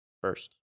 first